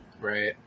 Right